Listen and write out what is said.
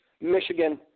Michigan